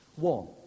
One